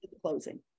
closing